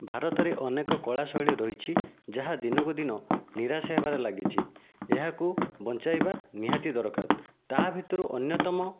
ଭାରତରେ ଅନେକ କଳା ଶୈଳୀ ରହିଛି ଯାହା ଦିନକୁ ଦିନ ନିରାଶ ହେବାରେ ଲାଗିଛି ଏହାକୁ ବଞ୍ଚାଇବା ନିହାତି ଦରକାର ତା' ଭିତରୁ ଅନ୍ୟତମ